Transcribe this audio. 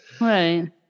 Right